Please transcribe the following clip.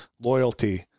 loyalty